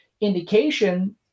indication